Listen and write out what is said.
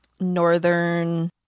northern